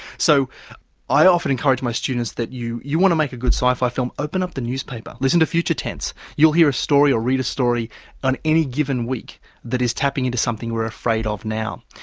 so i often encourage my students that you you want to make a good sci-fi film, open up the newspaper, listen to future tense, you'll hear a story or read a story on any given week that is tapping into something we're afraid of now.